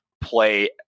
play